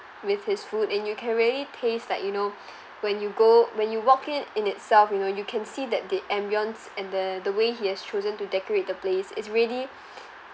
with his food and you can really taste like you know when you go when you walk in in itself you know you can see that the ambience and the the way he has chosen to decorate the place is really